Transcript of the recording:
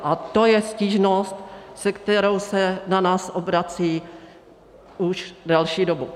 A to je stížnost, se kterou se na nás obracejí už delší dobu.